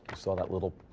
saw that little